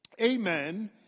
amen